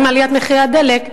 עם עליית מחירי הדלק,